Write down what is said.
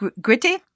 Gritty